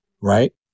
right